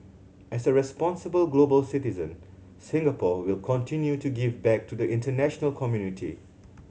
as a responsible global citizen Singapore will continue to give back to the international community